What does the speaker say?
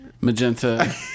magenta